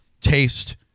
taste